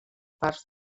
parts